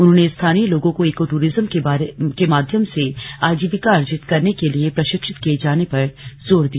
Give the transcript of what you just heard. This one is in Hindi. उन्होंने स्थानीय लोगों को ईको टूरिज्म के माध्यम से आजीविका अर्जित करने के लिए प्रशिक्षित किये जाने पर जोर दिया